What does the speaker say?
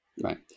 Right